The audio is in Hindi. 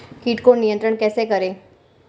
कीट को नियंत्रण कैसे करें?